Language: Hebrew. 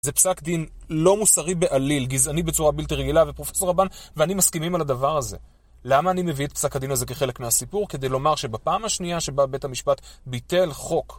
זה פסק דין לא מוסרי בעליל, גזעני בצורה בלתי רגילה ופרופסור אבן ואני מסכימים על הדבר הזה. למה אני מביא את פסק הדין הזה כחלק מהסיפור? כדי לומר שבפעם השנייה שבא בית המשפט ביטל חוק.